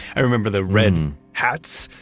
i remember the red hats.